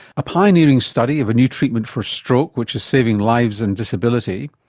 a pioneering study of a new treatment for stroke which is saving lives and disability.